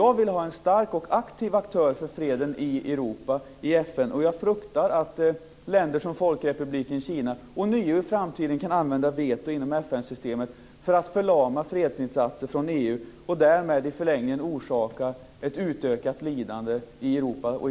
Jag vill ha en stark och aktiv aktör för freden i Europa och FN. Jag fruktar att länder som Folkrepubliken Kina ånyo i framtiden kan använda veto inom FN-systemet för att förlama fredsinsatser från EU och därmed i förlängningen orsaka ett utökat lidande i Europa och